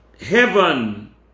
heaven